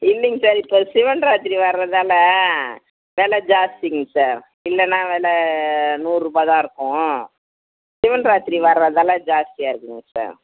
இல்லைங்க சார் இப்போ சிவன் ராத்திரி வர்றதால வில ஜாஸ்திங்க சார் இல்லைன்னா வில நூறுரூபா தான் இருக்கும் சிவன் ராத்திரி வர்றதால ஜாஸ்தியாக இருக்குங்க சார்